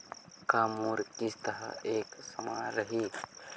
का मोर किस्त ह एक समान रही?